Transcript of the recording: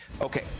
Okay